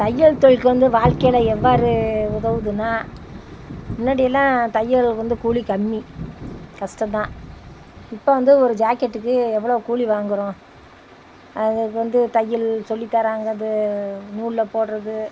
தையல் தொழிலுக்கு வந்து வாழ்க்கையில எவ்வாறு உதவுதுன்னா முன்னாடியெல்லாம் தையல் வந்து கூலி கம்மி கஷ்டம் தான் இப்போ வந்து ஒரு ஜாக்கெட்டுக்கு எவ்வளோ கூலி வாங்குறோம் அதுக்கு வந்து தையல் சொல்லி தர்றாங்க அது நூலில் போடுறது